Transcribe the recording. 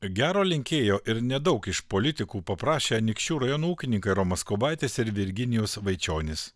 gero linkėjo ir nedaug iš politikų paprašė anykščių rajono ūkininkai romas kubaitis ir virginijus vaičionis